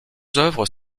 œuvres